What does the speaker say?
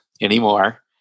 anymore